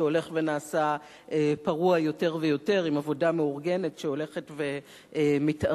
שהולך ונעשה פרוע יותר ויותר עם עבודה מאורגנת שהולכת ומתערערת.